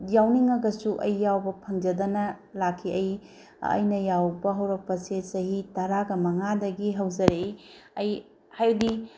ꯌꯥꯎꯅꯤꯡꯉꯒꯁꯨ ꯑꯩ ꯌꯥꯎꯕ ꯐꯪꯖꯗꯅ ꯂꯥꯛꯈꯤ ꯑꯩ ꯑꯩꯅ ꯌꯥꯎꯕ ꯍꯧꯔꯛꯄꯁꯦ ꯆꯍꯤ ꯇꯔꯥꯒ ꯃꯉꯥꯗꯒꯤ ꯍꯧꯖꯔꯛꯏ ꯑꯩ ꯍꯥꯏꯗꯤ